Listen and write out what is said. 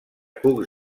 cucs